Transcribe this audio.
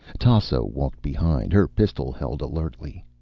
tasso walked behind, her pistol held alertly.